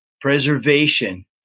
preservation